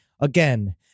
again